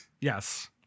Yes